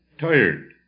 tired